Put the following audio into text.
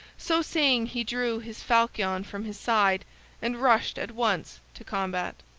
so saying he drew his falchion from his side and rushed at once to combat.